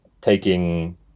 taking